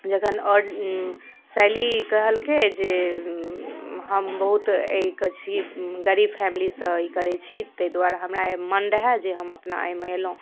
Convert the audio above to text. जखन आओर शैली कहलकै जे हम बहुत एहिके छी गरीब फैमिलीसँ ई करै छी ताहि दुआरे हमरा मन रहए जे हम अपना एहिमे एलहुॅं